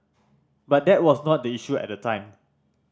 but that was not the issue at the time